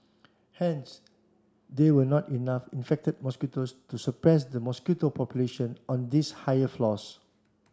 hence there were not enough infected mosquitoes to suppress the mosquito population on these higher floors